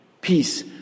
Peace